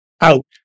out